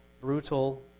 brutal